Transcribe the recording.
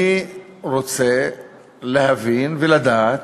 אני רוצה להבין ולדעת